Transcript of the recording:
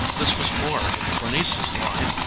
this was more in bernice's line,